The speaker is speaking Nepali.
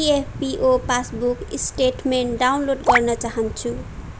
इएफपिओ पासबुक स्टेटमेन्ट डाउनलोड गर्न चाहन्छु